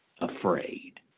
afraid